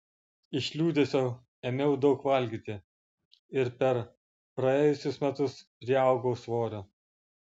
iš liūdesio ėmiau daug valgyti ir per praėjusius metus priaugau svorio